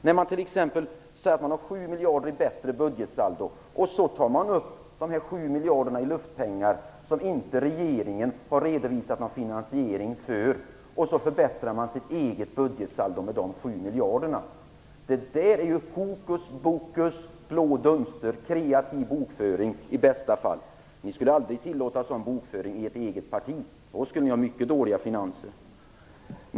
När man t.ex. säger sig ha ett 7 miljarder bättre budgetsaldo, har man för åstadkomma denna förbättring tagit upp de 7 miljarder i luftpengar som regeringen inte har redovisat någon finansiering för. Det är ett hokuspokus, att slå blå dunster i ögonen, eller kan i bästa fall beskrivas som en kreativ bokföring. Ni skulle aldrig tillåta en sådan bokföring i ert eget parti - då skulle ni ha mycket dåliga finanser.